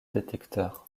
détecteurs